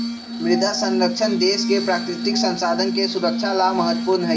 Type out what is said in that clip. मृदा संरक्षण देश के प्राकृतिक संसाधन के सुरक्षा ला महत्वपूर्ण हई